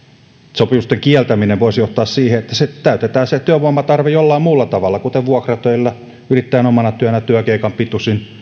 sopimusten kieltäminen voisi johtaa siihen että täytetään se työvoimatarve jollakin muulla tavalla kuten vuokratöillä yrittäjän omana työnä työkeikan pituisin